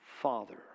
Father